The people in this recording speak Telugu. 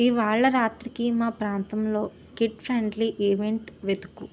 ఇవాళ రాత్రికి మా ప్రాంతంలో కిడ్ ఫ్రెండ్లి ఈవెంట్ వెతుకు